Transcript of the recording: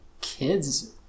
kids